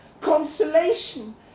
consolation